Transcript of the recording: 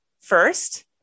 first